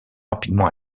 rapidement